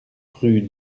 rue